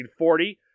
1940